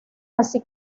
así